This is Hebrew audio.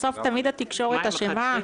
בסוף תמיד התקשורת אשמה?